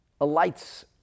alights